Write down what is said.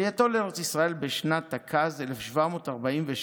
עלייתו לארץ ישראל בשנת תק"ז, 1747,